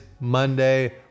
Monday